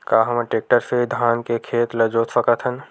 का हमन टेक्टर से धान के खेत ल जोत सकथन?